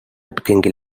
obtingui